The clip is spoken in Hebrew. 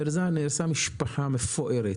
נהרסה משפחה מפוארת,